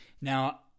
Now